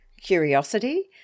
curiosity